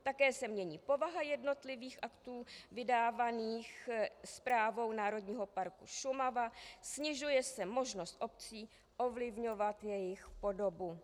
Také se mění povaha jednotlivých aktů vydávaných Správou Národního parku Šumava, snižuje se možnost obcí ovlivňovat jejich podobu.